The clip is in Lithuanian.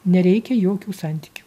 nereikia jokių santykių